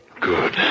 Good